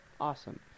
Awesome